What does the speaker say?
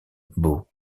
beau